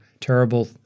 terrible